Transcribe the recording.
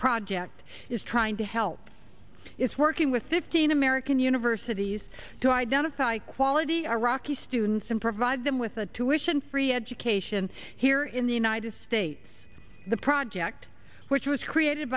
project is trying to help is working with fifteen american universities to identify quality iraqi students and provide them with a tuitions free education here in the united states the project which was created